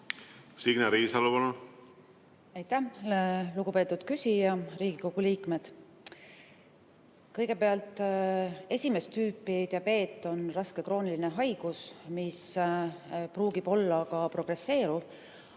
Signe Riisalo, palun! Aitäh, lugupeetud küsija! Riigikogu liikmed! Kõigepealt, esimest tüüpi diabeet on raske krooniline haigus, mis võib olla ka progresseeruv,